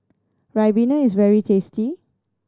ribena is very tasty